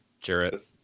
Jarrett